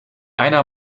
einer